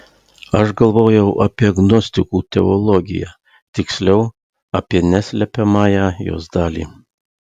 aš galvojau apie gnostikų teologiją tiksliau apie neslepiamąją jos dalį